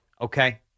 Okay